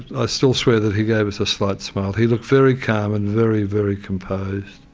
i still swear that he gave us a slight smile. he looked very calm and very, very composed.